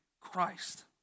Christ